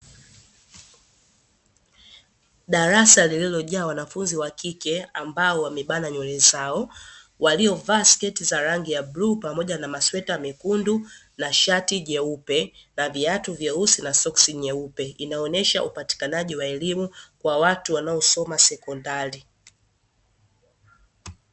Darasa lililojaa wanafunzi wa kike ambao wamebana nywele zao, waliovaa sketi za rangi ya bluu pamoja na masweta mekundu, na shati jeupe, na viatu vyeusi na soksi nyeupe, inaonyesha upatikanaji wa elimu kwa watu wanaosoma sekondari.